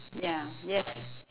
ya yes